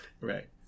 right